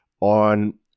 on